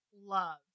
love